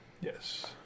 Yes